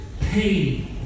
pain